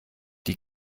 die